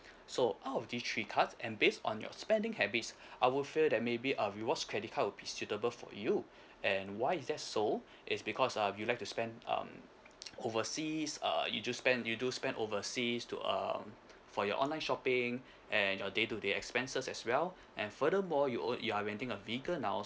so out of these three cards and based on your spending habits I will feel that maybe a rewards credit card will be suitable for you and why is that so it's because err you like to spend um overseas err you do spend you do spend overseas to um for your online shopping and your day to day expenses as well and furthermore you own you are renting a vehicle now